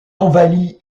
envahit